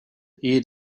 eat